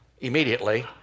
immediately